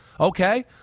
Okay